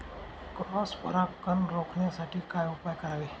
Cross परागकण रोखण्यासाठी काय उपाय करावे?